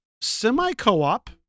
semi-co-op